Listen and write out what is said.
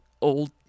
old